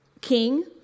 king